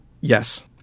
Yes